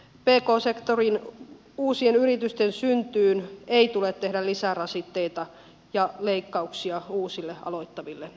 pk sektorin uusien yritysten syntyyn ei tule tehdä lisärasitteita eikä leikkauksia uusille aloittaville yrityksille